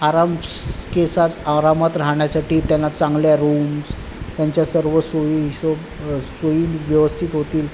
आराम केसात आरामात राहण्यासाठी त्यांना चांगल्या रूम्स त्यांच्या सर्व सोयी सोब सोयी व्यवस्थित होतील